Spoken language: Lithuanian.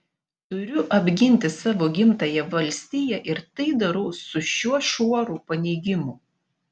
turiu apginti savo gimtąją valstiją ir tai darau su šiuo šuoru paneigimų